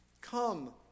come